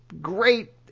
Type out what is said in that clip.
great